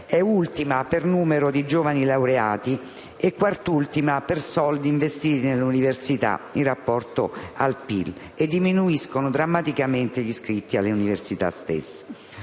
è ultima per numero di giovani laureati e quart'ultima per risorse investite nelle università in rapporto al PIL, oltre al fatto che diminuiscono drammaticamente gli iscritti alle università stesse.